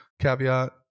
caveat